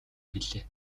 билээ